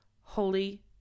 Holy